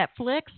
Netflix